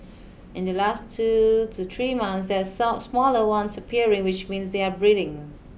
in the last two to three months that some smaller ones appearing which means they are breeding